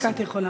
רק את יכולה.